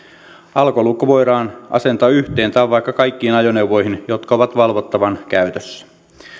alkolukko voidaan asentaa yhteen tai vaikka kaikkiin ajoneuvoihin jotka ovat valvottavan käytössä